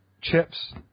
chips